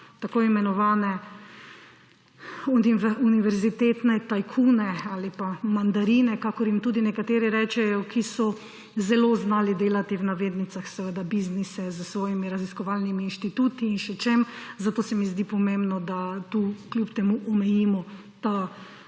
tako imenovane univerzitetne tajkune ali pa mandarine, kakor jim tudi nekateri rečejo, ki so zelo znali delati, v navednicah seveda, biznise s svojimi raziskovalnimi inštituti in še čim. Zato se mi zdi pomembno, da tu kljub temu omejimo to